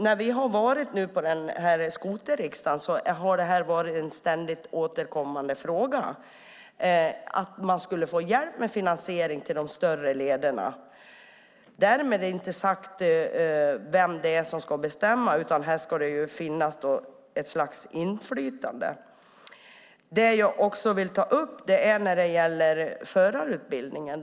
När vi har varit på denna skoterriksdag har det varit en ständigt återkommande fråga att man skulle få hjälp med finansiering till de större lederna. Därmed är det inte sagt vem som ska bestämma, utan här ska det finnas ett slags inflytande. Jag vill också ta upp förarutbildningen.